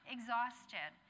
Exhausted